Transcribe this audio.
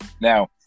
Now